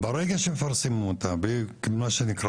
ברגע שמפרסמים אותה היא הופקדה,